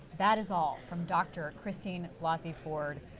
that is all from dr. christine blasey ford.